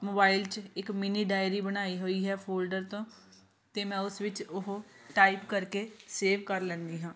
mobile 'ਚ ਇੱਕ mini diary ਬਣਾਈ ਹੋਈ ਹੈ ਫੋਲਡਰ ਤੋਂ ਅਤੇ ਮੈਂ ਉਸ ਵਿੱਚ ਉਹ ਟਾਈਪ ਕਰਕੇ ਸੇਵ ਕਰ ਲੈਂਦੀ ਹਾਂ